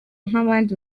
nk’abandi